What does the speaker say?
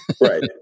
Right